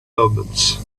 moments